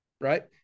Right